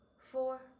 four